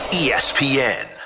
espn